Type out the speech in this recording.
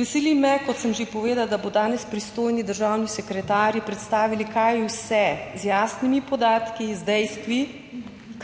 Veseli me, kot sem že povedala, da bo danes pristojni državni sekretarji predstavili, kaj vse, z jasnimi podatki, z dejstvi,